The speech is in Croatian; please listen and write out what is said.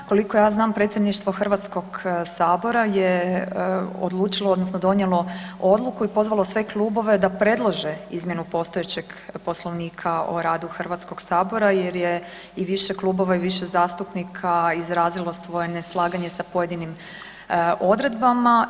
Koliko ja znam Predsjedništvo Hrvatskog sabora je odlučilo odnosno donijelo odluku i pozvalo sve klubove da predlože izmjenu postojećeg Poslovnika o radu Hrvatskog sabora jer je i više klubova i više zastupnika izrazilo svoje neslaganje sa pojedinim odredbama.